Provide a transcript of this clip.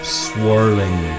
swirling